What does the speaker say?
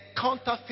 counterfeit